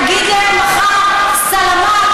תגיד להם מחר: סלמאת,